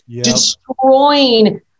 destroying